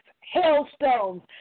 hailstones